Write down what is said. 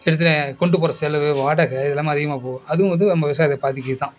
கிட்டத்தட்ட கொண்டுப் போகிற செலவு வாடகை இது எல்லாமே அதிகமா போகும் அதுவும் வந்து நம்ப விவசாயத்தை பாதிக்குது தான்